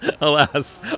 alas